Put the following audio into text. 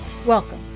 Welcome